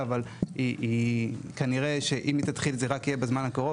אבל כנראה שאם היא תתחיל זה רק יהיה בזמן הקרוב